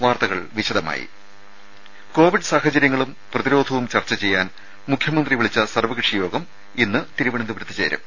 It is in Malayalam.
വാർത്തകൾ വിശദമായി കോവിഡ് സാഹചര്യങ്ങളും പ്രതിരോധവും ചർച്ച ചെയ്യാൻ മുഖ്യമന്ത്രി വിളിച്ചു ചേർത്ത സർവ്വകക്ഷി യോഗം ഇന്ന് തിരുവനന്തപുരത്ത് ചേരും